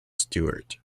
stewart